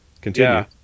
continue